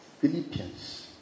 Philippians